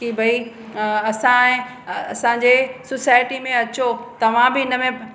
की भई असांजे असांजे सुसाइटी में अचो तव्हां बि हिन में